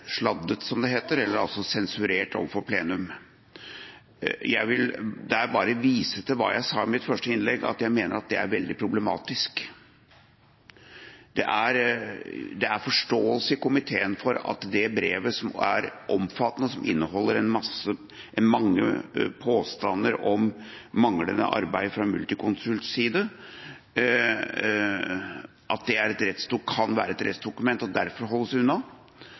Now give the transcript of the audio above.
sladdet, som det heter, eller sensurert for plenum. Jeg vil da bare vise til det jeg sa i mitt første innlegg, nemlig at jeg mener at det er veldig problematisk. Det er forståelse i komiteen for at det brevet, som er omfattende, og som inneholder mange påstander om manglende arbeid fra Multiconsults side, kan være et rettsdokument og derfor holdes unna.